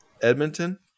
Edmonton